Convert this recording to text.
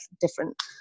different